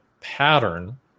pattern